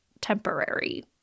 temporary